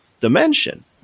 dimension